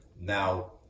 Now